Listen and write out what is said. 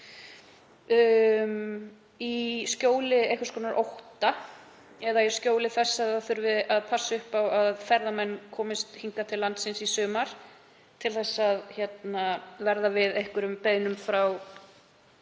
í skjóli einhvers konar ótta eða í skjóli þess að það þurfi að passa upp á að ferðamenn komist hingað til landsins í sumar til að verða við einhverjum beiðnum frá